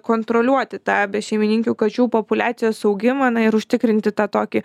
kontroliuoti tą bešeimininkių kačių populiacijos augimą na ir užtikrinti tą tokį